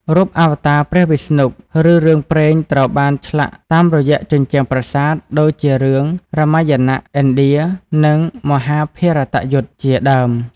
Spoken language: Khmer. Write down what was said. រូបអវតារព្រះវិស្ណុ ឬរឿងព្រេងត្រូវបានឆ្លាក់តាមរយៈជញ្ជាំងប្រាសាទ ដូចជារឿង រាមាយណៈឥណ្ឌា រឿង មហាភារតយុទ្ធ ជាដើម។។